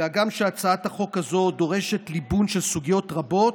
והגם שהצעת החוק הזאת דורשת ליבון של סוגיות רבות,